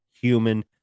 human